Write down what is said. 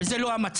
וזה לא המצב.